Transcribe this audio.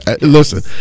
Listen